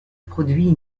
produire